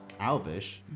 Alvish